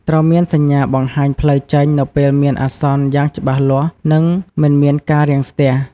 ត្រូវមានសញ្ញាបង្ហាញផ្លូវចេញនៅពេលមានអាសន្នយ៉ាងច្បាស់លាស់ និងមិនមានការរាំងស្ទះ។